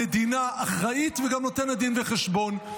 המדינה אחראית וגם נותנת דין וחשבון.